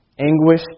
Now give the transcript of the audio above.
Anguish